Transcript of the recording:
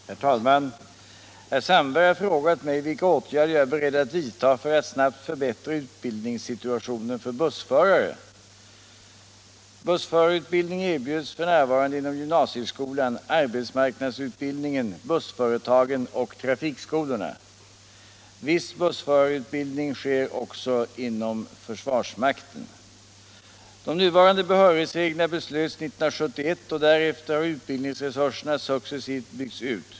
svara herr Sandbergs den 25 november anmälda fråga, 1976/77:106, I och anförde: Om ökad utbildning Herr talman! Herr Sandberg har frågat mig vilka åtgärder jag är beredd av bussförare att vidta för att snabbt förbättra utbildningssituationen för bussförare. Bussförarutbildning erbjuds f.n. inom gymnasieskolan, arbetsmarknadsutbildningen, bussföretagen och trafikskolorna. Viss bussförarutbildning sker också inom försvarsmakten. De nuvarande behörighetsreglerna beslöts 1971, och därefter har utbildningsresurserna successivt byggts ut.